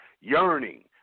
yearning